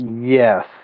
Yes